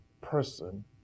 person